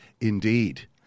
Indeed